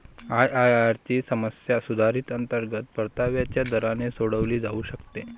IRR ची समस्या सुधारित अंतर्गत परताव्याच्या दराने सोडवली जाऊ शकते